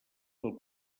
del